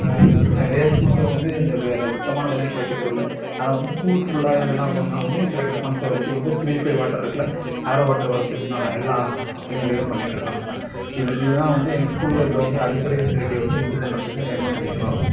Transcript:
நிறைய ஸ்கூல்ஸ்ல வந்து இந்த சுத்தமான தண்ணி கிடைக்கிறதில்லை அதனால் வந்து ஸ்கூல்ஸ் ஃபுல்லாகவே வந்து என்ன பண்ணனும்னா வந்து கிடைக்கிற ஃபண்ட்ஸை வச்சு வந்து பியூரிஃபை வாட்டர் இருக்குதுல ஆரோ வாட்டர் வரதுக்கு உண்டான எல்லா வழிமுறைகளும் பண்ணிகிட்ருக்காணுங்க இதுதான் வந்து எங்கள் ஸ்கூல்ல வந்து அடிப்படை பெசிலிட்டி வந்து இம்ப்ரூவ் பண்ணுறதுக்கு என்னோட சஜ்ஜஷனாக இருக்கும்